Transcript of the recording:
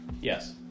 Yes